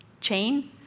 chain